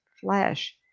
flesh